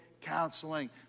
counseling